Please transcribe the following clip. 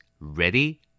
Ready